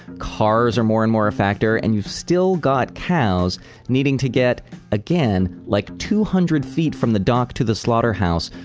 cars are more and more a factor, and you still got cows needing to get again like two hundred feet from the dock to the slaughterhouse.